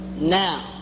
now